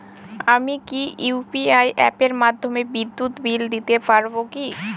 আমি কি ইউ.পি.আই অ্যাপের মাধ্যমে বিদ্যুৎ বিল দিতে পারবো কি?